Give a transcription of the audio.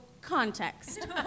context